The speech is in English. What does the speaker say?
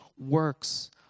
works